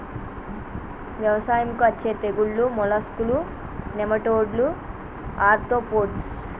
వ్యవసాయంకు అచ్చే తెగుల్లు మోలస్కులు, నెమటోడ్లు, ఆర్తోపోడ్స్